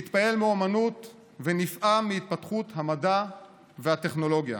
מתפעם מאומנות ונפעם מהתפתחות המדע והטכנולוגיה.